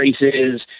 races